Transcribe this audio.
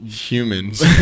Humans